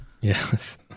Yes